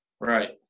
Right